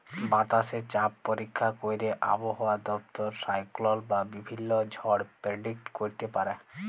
বাতাসে চাপ পরীক্ষা ক্যইরে আবহাওয়া দপ্তর সাইক্লল বা বিভিল্ল্য ঝড় পের্ডিক্ট ক্যইরতে পারে